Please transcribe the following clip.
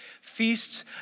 feasts